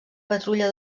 patrulla